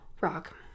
rock